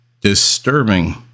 disturbing